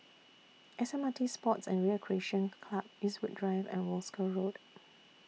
S M R T Sports and Recreation Club Eastwood Drive and Wolskel Road